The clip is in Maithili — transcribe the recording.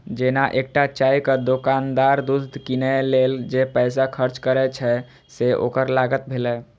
जेना एकटा चायक दोकानदार दूध कीनै लेल जे पैसा खर्च करै छै, से ओकर लागत भेलै